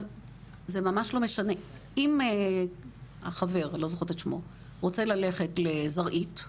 זה ממה לא משנה אם החבר רוצה ללכת לזרעית,